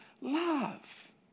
love